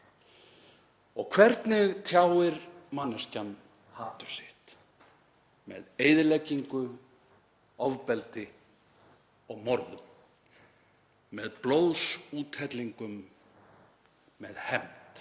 Og hvernig tjáir manneskjan hatur sitt? Með eyðileggingu, ofbeldi og morðum, með blóðsúthellingum, með hefnd,